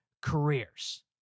careers